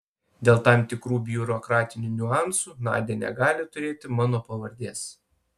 dėl tam tikrų biurokratinių niuansų nadia negali turėti mano pavardės